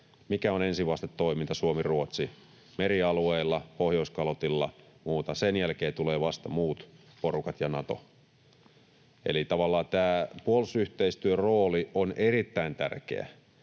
mikä on ensivastetoiminta Suomi—Ruotsi-merialueilla, Pohjoiskalotilla, muuta. Sen jälkeen tulevat vasta muut porukat ja Nato. Eli tavallaan tämä puolustusyhteistyön rooli on erittäin tärkeä,